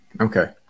Okay